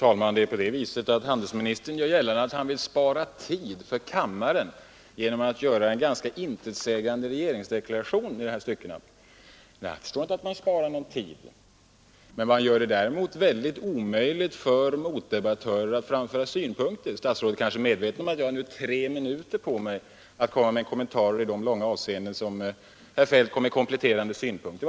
Fru talman! Handelsministern gör gällande att han vill spara tid åt kammaren genom att göra en ganska intetsägande regeringsdeklaration. Jag kan inte se att man sparar någon tid, men däremot blir det nästan omöjligt för motdebattörerna att framföra synpunkter. Statsrådet kanske är medveten om att jag nu har tre minuter på mig för att komma med kommentarer i de långa avsnitt, där herr Feldt kom med kompletterande ståndpunktstaganden.